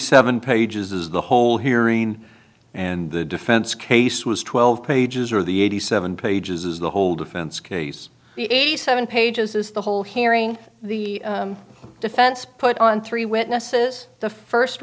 seven pages is the whole hearing and the defense case was twelve pages or the eighty seven pages as the whole defense case eighty seven pages is the whole hearing the defense put on three witnesses the first